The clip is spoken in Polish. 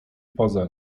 poza